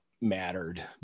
mattered